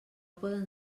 poden